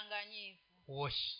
Wash